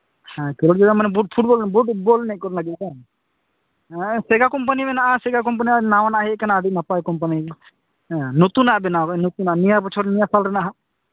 ᱦᱮᱸᱛᱚ ᱛᱟᱦᱚᱞᱮ football ball ᱮᱱᱮᱡ ᱠᱚᱨᱮᱱᱟᱜ ᱡᱤᱱᱤᱥ ᱵᱮᱱ ᱦᱟᱛᱟᱣᱟ ᱦᱮᱸ ᱥᱮᱜᱟ ᱠᱚᱢᱯᱟᱱᱤ ᱢᱮᱱᱟᱜᱼᱟ ᱥᱮᱜᱟ ᱠᱳᱢᱯᱟᱱᱤ ᱱᱟᱣᱟ ᱜᱮ ᱦᱮᱡ ᱟᱠᱟᱱᱟ ᱟᱹᱰᱤ ᱱᱟᱯᱟᱭ ᱠᱳᱢᱯᱟᱱᱤ ᱦᱮᱸ ᱱᱚᱛᱩᱱᱟᱜ ᱵᱮᱱᱟᱣ ᱠᱟᱫᱟ ᱱᱚᱛᱩᱱᱟᱜ ᱱᱤᱭᱟᱹ ᱵᱚᱪᱷᱚᱨ ᱱᱤᱭᱟᱹ ᱥᱟᱞ ᱨᱮᱱᱟᱜ